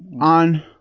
On